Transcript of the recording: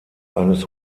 eines